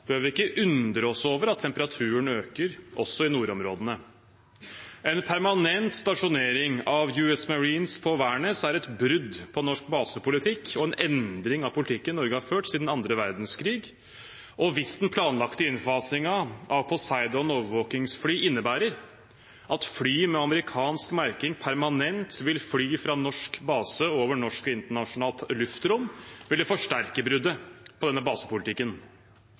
bør vi ikke undre oss over at temperaturen øker også i nordområdene. En permanent stasjonering av US Marines på Værnes er et brudd på norsk basepolitikk og en endring av politikken Norge har ført siden annen verdenskrig. Og hvis den planlagte innfasingen av Poseidon overvåkingsfly innebærer at fly med amerikansk merking permanent vil fly fra norsk base over norsk og internasjonalt luftrom, vil det forsterke bruddet på denne basepolitikken.